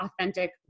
authentic